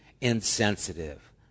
insensitive